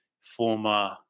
former